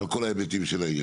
בוודאי.